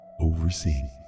overseeing